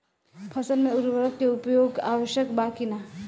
फसल में उर्वरक के उपयोग आवश्यक बा कि न?